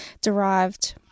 derived